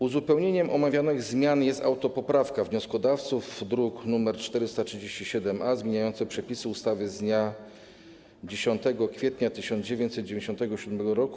Uzupełnieniem omawianych zmian jest autopoprawka wnioskodawców, druk nr 437-A, zmieniająca przepisy ustawy z dnia 10 kwietnia 1997 r.